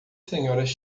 senhoras